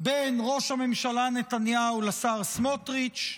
בין ראש הממשלה נתניהו לשר סמוטריץ',